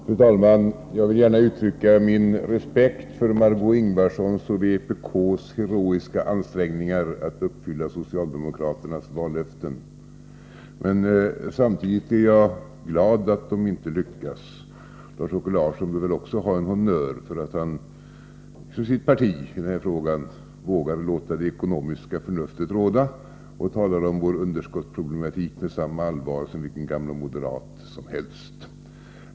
Fru talman! Jag vill gärna uttrycka min respekt för Margö Ingvardssons och vpk:s heroiska ansträngningar att uppfylla socialdemokraternas vallöften. Men samtidigt är jag glad att de inte lyckas. Lars-Åke Larsson behöver också ha en honnör för att han för sitt parti i den här frågan vågar låta det ekonomiska förnuftet råda och talar om vår underskottsproblematik med samma allvar som vilken gammal moderat som helst.